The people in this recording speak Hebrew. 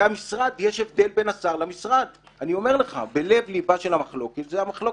מה המשמעות של זה?